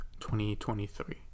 2023